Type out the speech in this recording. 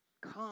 come